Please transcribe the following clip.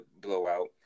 blowout